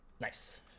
Nice